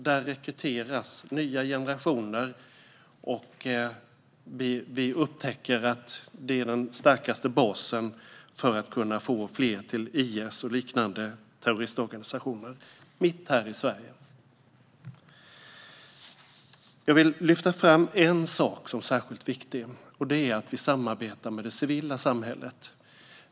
Där rekryteras nya generationer, och vi upptäcker att det är den starkaste basen för att kunna få fler till IS och liknande terroristorganisationer - här, mitt i Sverige. Jag vill lyfta fram en sak som särskilt viktig, och det är att vi samarbetar med det civila samhället.